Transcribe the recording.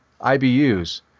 ibus